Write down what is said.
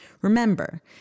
Remember